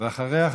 ואחריה,